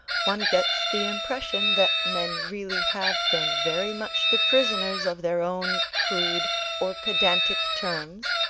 one gets the impression that men really have been very much the prisoners of their own crude or pedantic terms,